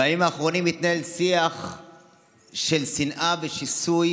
בימים האחרונים מתנהל שיח של שנאה ושיסוי